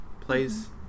plays